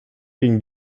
ging